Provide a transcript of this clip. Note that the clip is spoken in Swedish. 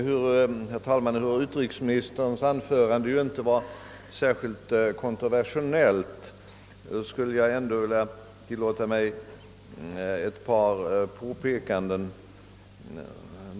Herr talman! Ehuru utrikesministerns anförande inte var särskilt kontroversiellt, vill jag ändå tillåta mig att göra ett par påpekanden.